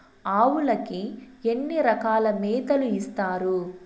ఆవులకి ఎన్ని రకాల మేతలు ఇస్తారు?